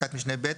פסקת משנה (ב)